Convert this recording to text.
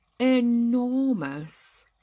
enormous